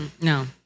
No